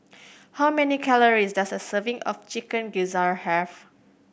how many calories does a serving of Chicken Gizzard have